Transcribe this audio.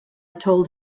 told